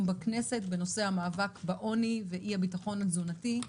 בכנסת בנושא המאבק בעוני ואי-הביטחון התזונתי.